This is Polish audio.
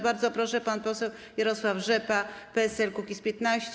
Bardzo proszę, pan poseł Jarosław Rzepa, PSL-Kukiz15.